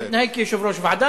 אני מתנהג כיושב-ראש הוועדה,